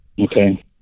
Okay